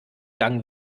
gang